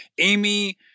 Amy